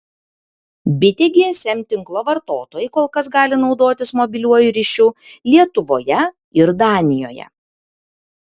bitė gsm tinklo vartotojai kol kas gali naudotis mobiliuoju ryšiu lietuvoje ir danijoje